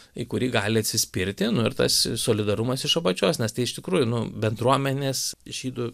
į kurį gali atsispirti nu ir tas solidarumas iš apačios nes tai iš tikrųjų nu bendruomenės žydų